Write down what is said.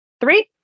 three